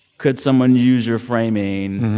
could someone use your framing.